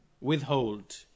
withhold